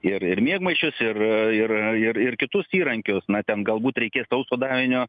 ir ir miegmaišius ir ir ir ir kitus įrankius na ten galbūt reikės sauso davinio